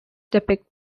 depict